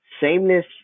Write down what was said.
sameness